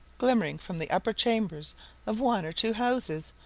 glimmering from the upper chambers of one or two houses,